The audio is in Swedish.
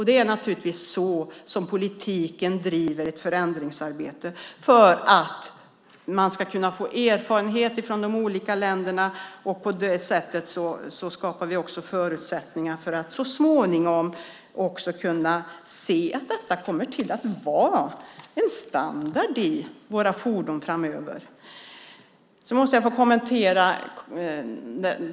Det är naturligtvis så som politiken driver ett förändringsarbete för att man ska kunna få erfarenhet från olika länder. På det sättet skapar vi också förutsättningar för att detta ska bli en standard i våra fordon framöver.